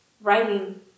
writing